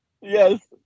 yes